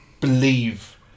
believe